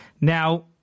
Now